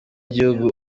igihugu